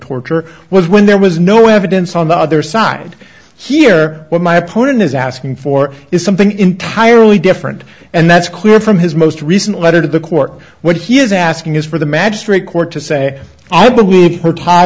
torture was when there was no evidence on the other side here when my opponent is asking for is something entirely different and that's clear from his most recent letter to the court what he is asking is for the magistrate court to say i believe the ta